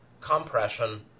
compression